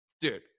dude